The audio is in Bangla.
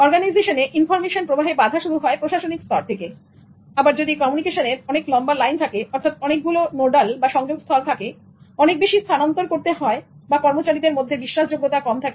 অর্গানাইজেশনে তথ্য প্রবাহে বাধা শুরু হয় প্রশাসনিক স্তর থেকে আবার যদি কমিউনিকেশনের অনেক লম্বা লাইন থাকে অর্থাৎ অনেকগুলো নোডাল বা সংযোগস্থল থাকে অনেক বেশি স্থানান্তর করতে হয় বা কর্মচারীদের মধ্যে বিশ্বাসযোগ্যতা কম থাকে